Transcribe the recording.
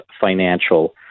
financial